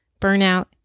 burnout